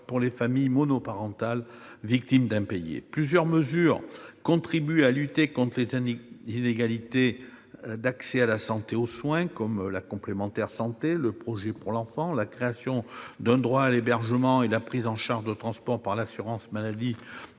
pour les familles monoparentales victimes d'impayés. Plusieurs mesures contribuent à lutter contre les inégalités d'accès à la santé et aux soins : l'accès à la complémentaire santé, le projet pour l'enfant, la création d'un droit à l'hébergement et la prise en charge du transport pour les femmes